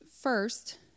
First